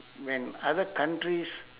when other countries